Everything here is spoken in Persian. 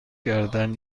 کردن